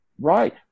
right